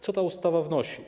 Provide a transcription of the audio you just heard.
Co ta ustawa wnosi?